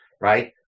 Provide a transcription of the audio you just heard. right